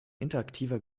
interaktiver